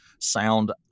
sound